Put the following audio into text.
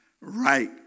right